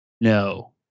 no